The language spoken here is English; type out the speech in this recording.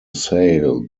sail